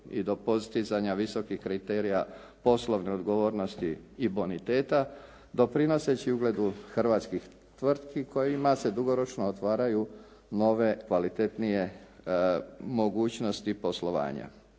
i do postizanja visokih kriterija poslovne odgovornosti i boniteta doprinoseći ugledu hrvatskih tvrtki kojima se dugoročno otvaraju nove, kvalitetnije mogućnosti poslovanja.